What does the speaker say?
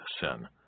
sin